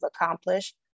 accomplished